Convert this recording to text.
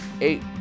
eight